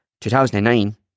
2009